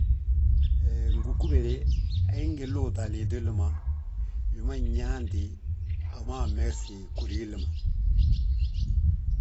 Hee ngugube, agí ngi luut a liiti wili ma wi nyaanti, a wi ma ammegesi ghódi gilli ma.